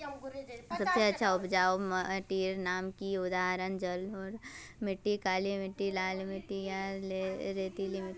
सबसे अच्छा उपजाऊ माटिर नाम की उदाहरण जलोढ़ मिट्टी, काली मिटटी, लाल मिटटी या रेतीला मिट्टी?